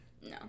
No